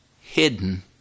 hidden